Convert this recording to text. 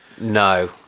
no